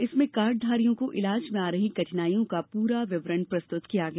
इसमें कार्ड धारियों को इलाज में आ रही कठिनाईयों का पूरा विवरण प्रस्तुत किया गया